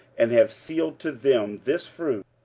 and have sealed to them this fruit,